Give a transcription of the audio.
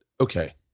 okay